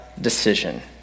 decision